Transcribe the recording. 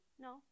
No